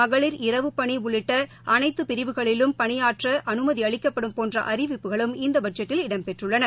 மகளிர் இரவுப்பணி உட்பட அனைத்து பிரிவுகளிலும் பணியாற்ற அனுமதி அளிக்கப்படும் போன்ற அறிவிப்புகளும் இந்த பட்ஜெட்டில் இடம்பெற்றுள்ளன